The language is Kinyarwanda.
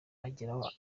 ageraho